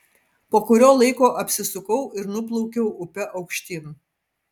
po kurio laiko apsisukau ir nuplaukiau upe aukštyn